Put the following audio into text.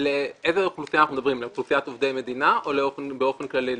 אנחנו מדברים על אוכלוסיית עובדי מדינה או באופן כללי?